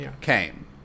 came